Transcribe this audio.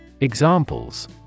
Examples